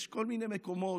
יש כל מיני מקומות